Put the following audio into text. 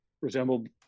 resembled